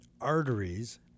arteries